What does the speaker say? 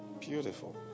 Beautiful